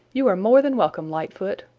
you are more than welcome, lightfoot.